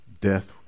death